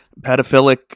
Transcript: pedophilic